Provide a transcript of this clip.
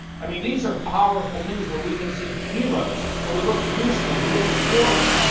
i mean, these are powerful things where we can see heroes and we look at houston, we look at florida,